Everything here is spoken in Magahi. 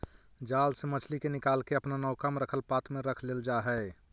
जाल से मछली के निकालके अपना नौका में रखल पात्र में रख लेल जा हई